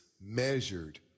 measured